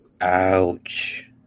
Ouch